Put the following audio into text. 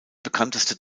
bekannteste